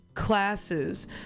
classes